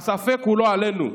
הספק הוא לא עלינו,